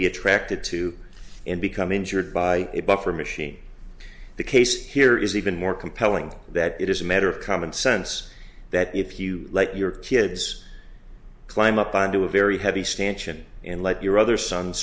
be attracted to and become injured by a buffer machine the case here is even more compelling that it is a matter of common sense that if you let your kids climb up onto a very heavy stanch and and let your other son